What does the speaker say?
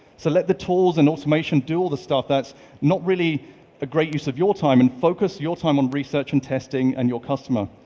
so let the tools and automation do all the stuff that's not really a great use of your time and focus your time on research and testing and your customer.